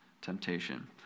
temptation